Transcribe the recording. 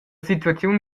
situaziun